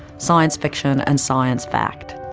science fiction and science fact?